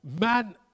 man